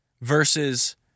versus